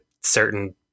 certain